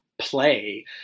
play